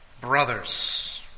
brothers